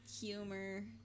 humor